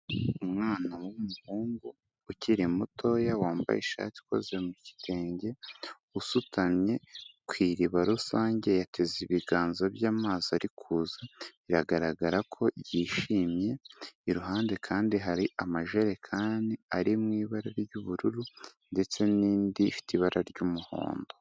Umwana w'umuhungu ukiri mutoya, wambaye ishati ikoze mu gitenge, usutamye ku iriba rusange yateze ibiganza bye amazi ari kuza, biragaragara ko yishimye, iruhande kandi hari amajerekani ari mu ibara ry'ubururu ndetse n'indi ifite ibara ry'umuhondo.